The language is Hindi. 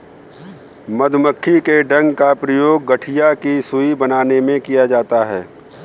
मधुमक्खी के डंक का प्रयोग गठिया की सुई बनाने में किया जाता है